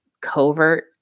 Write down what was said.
covert